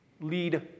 lead